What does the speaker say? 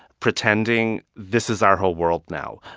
pretending this is our whole world now.